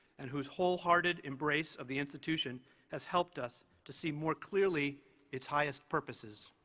and whose wholehearted embrace of the institution has helped us to see more clearly its highest purposes.